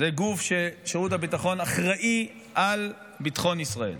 שירות הביטחון זה גוף שאחראי על ביטחון ישראל,